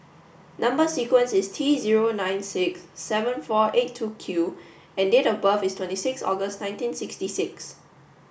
number sequence is T zero nine six seven four eight two Q and date of birth is twenty six August nineteen sixty six